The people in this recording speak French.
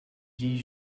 dix